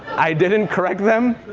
i didn't correct them.